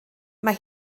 mae